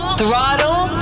Throttle